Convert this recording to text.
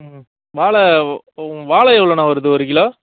ம் வாளை வாளை எவ்வளோண்ணா வருது ஒரு கிலோ